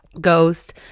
Ghost